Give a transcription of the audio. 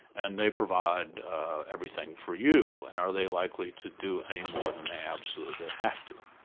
and they provide everything for you, and are they likely to do any more than they absolutely have to?